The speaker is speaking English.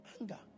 Anger